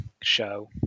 show